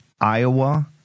Iowa